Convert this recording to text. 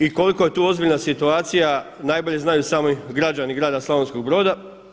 I koliko je tu ozbiljna situacija najbolje znaju sami građani grada Slavonskog Broda.